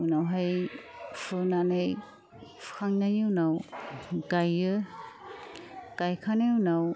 उनावहाय फुनानै फुखांनायनि उनाव गाइयो गाइखांनायनि उनाव